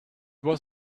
was